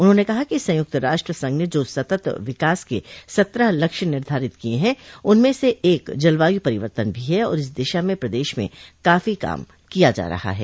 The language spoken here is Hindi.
उन्होंने कहा कि संयुक्त राष्ट संघ ने जो सतत विकास के सत्रह लक्ष्य निर्धारित किये हैं उनमें से एक जलवाय परिवर्तन भी है और इस दिशा में प्रदेश में काफी काम किया जा रहा है